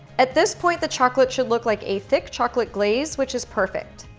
at this point, the chocolate should look like a thick chocolate glaze, which is perfect.